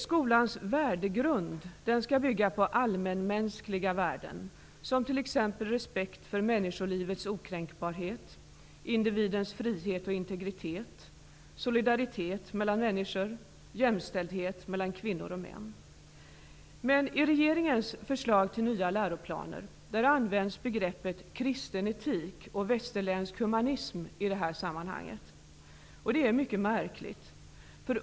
Skolans värdegrund skall bygga på allmänmänskliga värden, t.ex. respekt för människolivets okränkbarhet, individens frihet och integritet, solidaritet mellan människor och jämställdhet mellan kvinnor och män. I regeringens förslag till nya läroplaner används begreppen ''kristen etik'' och ''västerländsk humanism'' i det här sammanhanget. Det är mycket märkligt.